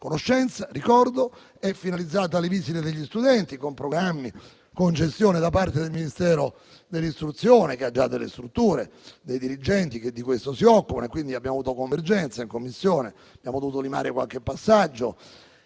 conoscenza e ricordo; è finalizzato alle visite degli studenti, con programmi e gestione da parte del Ministero dell'istruzione, che ha già delle strutture e dei dirigenti che di questo si occupano. Abbiamo avuto una convergenza in Commissione e abbiamo dovuto limare qualche passaggio.